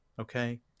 Okay